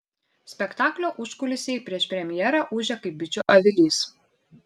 spektaklio užkulisiai prieš premjerą ūžė kaip bičių avilys